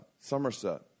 Somerset